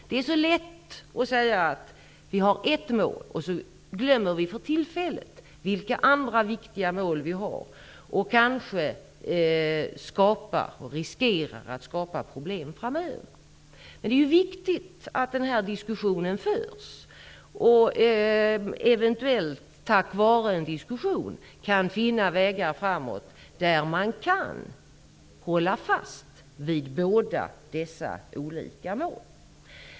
Det är så lätt att säga att man har ett mål och för tillfället glömma vilka andra viktiga mål vi också har. Vi riskerar då att skapa problem framöver. Men det är viktigt att den här diskussionen förs. Tack vare en diskussion kan vi eventuellt finna vägar som innebär att man kan hålla fast vid båda dessa olika mål.